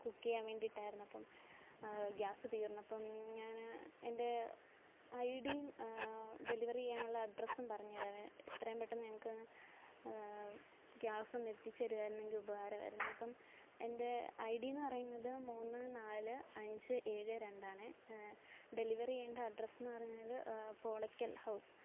cook ചെയ്യാൻ വേണ്ടിയിട്ടായിരുന്നു അപ്പം ഗ്യാസ് തീർന്നപ്പം ഞാൻ എന്റെ ഐഡിയും ഡെലിവറി ചെയ്യാനുള്ള അഡ്രസ്സും പറഞ്ഞുതരാവേ എത്രയും പെട്ടെന്ന് ഞങ്ങൾക്കൊന്ന് ഗ്യാസൊന്ന് എത്തിച്ചു തരികയായിരുന്നുവെങ്കിൽ ഉപകാരമായിരുന്നു അപ്പം എന്റെ ഐ ഡി എന്നുപറയുന്നത് മൂന്ന് നാല് അഞ്ച് ഏഴ് രണ്ട് ആണ് ഡെലിവറി ചെയ്യേണ്ട അഡ്രസ്സെന്നു പറഞ്ഞാൽ പോളക്കൽ ഹൌസ്